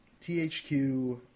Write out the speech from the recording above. THQ